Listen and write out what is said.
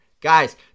Guys